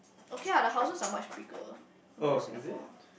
okay lah the houses are much bigger compared to Singapore